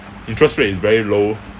interest rate is very low